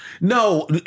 No